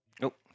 Nope